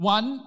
One